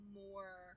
more